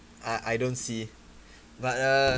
I I don't see but uh